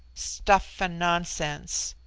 stuff and nonsense